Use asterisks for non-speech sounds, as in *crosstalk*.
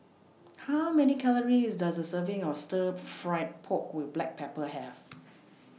How Many Calories Does A Serving of Stir Fried Pork with Black Pepper Have *noise*